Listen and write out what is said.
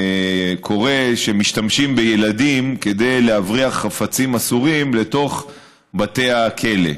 קורה שמשתמשים בילדים כדי להבריח חפצים אסורים לבתי הכלא,